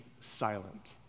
silent